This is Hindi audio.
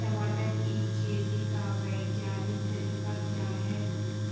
टमाटर की खेती का वैज्ञानिक तरीका क्या है